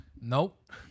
Nope